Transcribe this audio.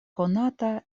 konata